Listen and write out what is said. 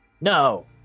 no